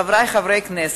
חברי חברי הכנסת,